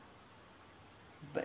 but